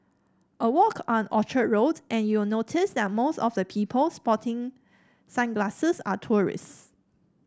a walk on Orchard Road and you'll notice that most of the people sporting sunglasses are tourists